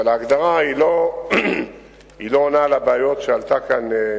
אבל ההגדרה לא עונה על הבעיות שהעלתה כאן